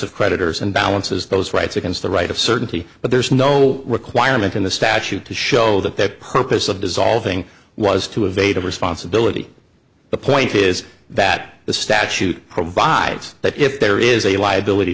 of creditors and balances those rights against the right of certainty but there's no requirement in the statute to show that the purpose of dissolving was to evade responsibility the point is that the statute provides that if there is a liability